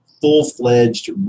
full-fledged